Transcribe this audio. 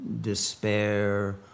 despair